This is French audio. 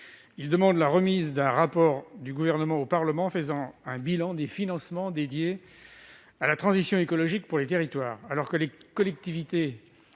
de demander la remise d'un rapport du Gouvernement au Parlement établissant un bilan des financements dédiés à la transition écologique pour les territoires. Alors que les collectivités